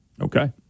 Okay